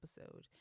episode